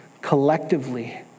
collectively